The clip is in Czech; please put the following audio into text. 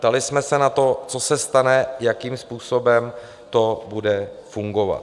Ptali jsme se na to, co se stane, jakým způsobem to bude fungovat.